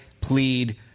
plead